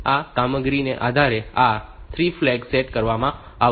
તેથી આ કામગીરીના આધારે આ 3 ફ્લેગ સેટ કરવામાં આવશે